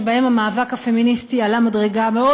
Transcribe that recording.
שבהן המאבק הפמיניסטי עלה מדרגה מאוד